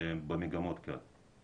במגמות כן.